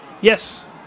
Yes